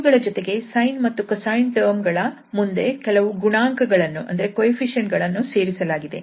ಇವುಗಳ ಜೊತೆಗೆ sine ಮತ್ತು cosine ಟರ್ಮ್ ಗಳ ಮುಂದೆ ಕೆಲವು ಗುಣಾಂಕ ಗಳನ್ನು ಸೇರಿಸಲಾಗಿದೆ